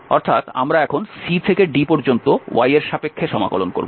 সুতরাং আমরা এখন c থেকে d পর্যন্ত y এর সাপেক্ষে সমাকলন করব